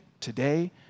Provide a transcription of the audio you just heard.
today